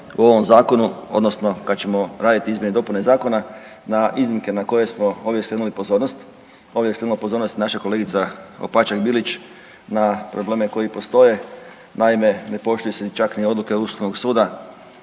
u ovom zakonu odnosno kad ćemo raditi izmjene i dopune zakona na iznimke na koje smo ovdje skrenuli pozornost. Ovdje je skrenula pozornost i naša kolegica Opačak Bilić na probleme koji postoje, naime ne poštuju se čak ni odluke Ustavnog suda.